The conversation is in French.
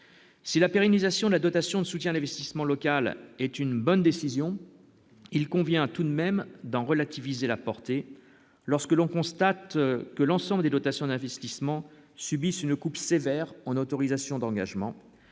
Si la pérennisation de la dotation de soutien la local est une bonne décision, il convient tout de même d'en relativiser la portée lorsque l'on constate que l'ensemble des dotations d'investissement subissent une coupe sévère en autorisations d'engagement